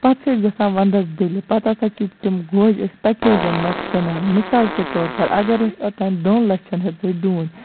پَتہٕ چھِ أسۍ گژھان وَندَس دِلہِ پَتہٕ ہسا چھِ تِم گوجہِ أسۍ پکیجن منٛز کٕنان مِثال کے طور پَر اَگر أسۍ اوتانۍ دوٚن لَچھن ہٮ۪ژے ڈوٗنۍ